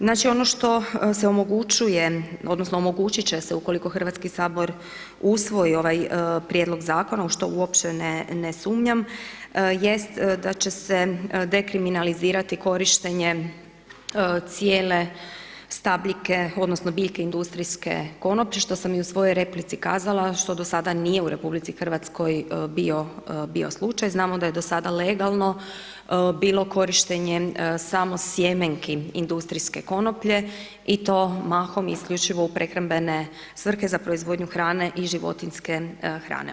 Znači ono što se omogućuje odnosno omogućit će se ukoliko Hrvatski sabor usvoji ovaj prijedlog zakona u što uopće ne sumnjam jest da će se dekriminalizirati korištenje cijele stabljike odnosno biljke industrijske konoplje što sam i u svojoj replici kazala, što do sada nije u RH bio slučaj, znamo da je do sada legalno bilo korištenje samo sjemenki industrijske konoplje i to mahom isključivo u prehrambene svrhe za proizvodnju hrane i životinjske hrane.